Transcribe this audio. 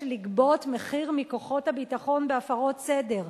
לגבות מחיר מכוחות הביטחון בהפרות סדר.